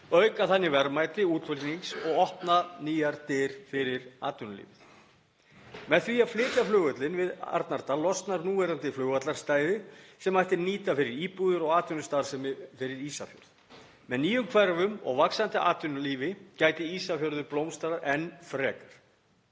auka þannig verðmæti útflutnings og opna nýjar dyr fyrir atvinnulífið. Með því að flytja flugvöllinn í Arnardal losnar núverandi flugvallarstæði sem mætti nýta fyrir íbúðir og atvinnustarfsemi fyrir Ísafjörð. Með nýjum hverfum og vaxandi atvinnulífi gæti Ísafjörður blómstrað enn frekar.